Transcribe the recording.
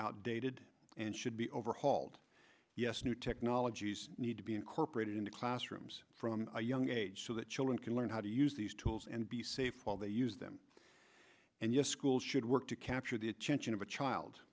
outdated and should be overhauled yes new technologies need to be incorporated into classrooms from a young age so that children can learn how to use these tools and be safe while they use them and yes schools should work to capture the attention of a child